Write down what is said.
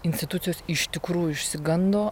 institucijos iš tikrųjų išsigando